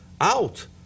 out